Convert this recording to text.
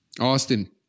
Austin